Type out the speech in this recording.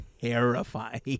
terrifying